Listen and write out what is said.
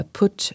put